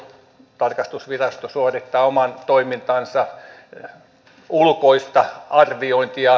tarkastusvirasto suorittaa oman toimintansa ulkoista arviointia